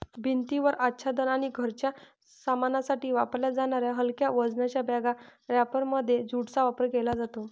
भिंतीवर आच्छादन आणि घराच्या सामानासाठी वापरल्या जाणाऱ्या हलक्या वजनाच्या बॅग रॅपरमध्ये ज्यूटचा वापर केला जातो